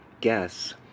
guess